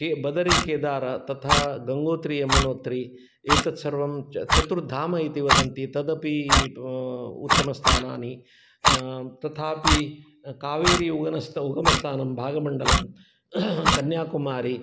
के बदरि केदार तथा गङ्गोत्री यमुनोत्री एतत् सर्वं चतुर्धाम इति वदन्ति तदपि उत्तमस्थानानि तथापि कावेरी उगम उद्गमस्थानं भागमण्डलं कन्याकुमारी